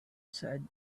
said